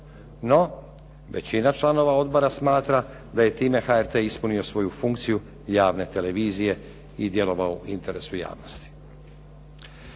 no većina članova odbora smatra da je time HRT ispunio svoju funkciju javne televizije i djelovao u interesu javnosti.